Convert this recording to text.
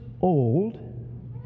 old